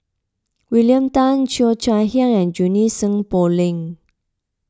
William Tan Cheo Chai Hiang and Junie Sng Poh Leng